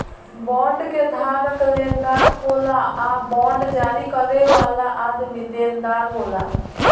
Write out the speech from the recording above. bond के धारक लेनदार होला आ बांड जारी करे वाला आदमी देनदार होला